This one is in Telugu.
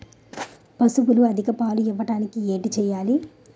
పశువులు అధిక పాలు ఇవ్వడానికి ఏంటి చేయాలి